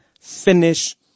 finish